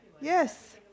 Yes